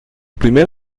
primer